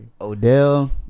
Odell